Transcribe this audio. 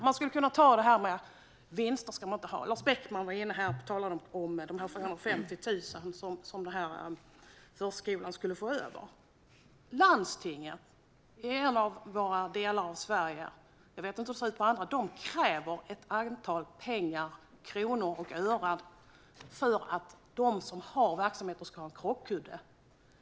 Lars Beckman talade om en förskola som skulle få 115 000 kronor över. Landstingen är en del av Sverige som kräver ett antal kronor och ören för att de som driver verksamheter ska ha en krockkudde.